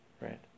right